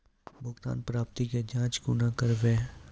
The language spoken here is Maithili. भुगतान प्राप्ति के जाँच कूना करवै?